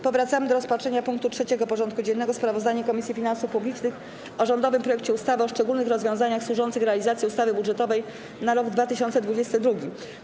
Powracamy do rozpatrzenia punktu 3. porządku dziennego: Sprawozdanie Komisji Finansów Publicznych o rządowym projekcie ustawy o szczególnych rozwiązaniach służących realizacji ustawy budżetowej na rok 2022.